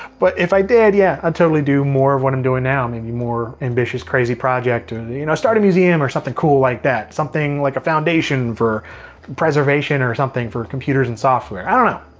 but if i did, yeah, i'd totally do more of what i'm doing now, maybe more ambitious, crazy project or you know start a museum or something cool like that. something like a foundation for preservation or something for computers and software, i don't know.